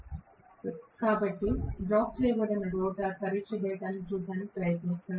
slide సమయం చూడండి 2326 కాబట్టి బ్లాక్ చేయబడిన రోటర్ పరీక్ష డేటాను చూడటానికి ప్రయత్నిస్తాను